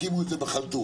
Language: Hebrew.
הקימו את זה בחלטורה.